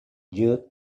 jug